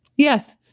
yes,